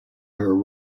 her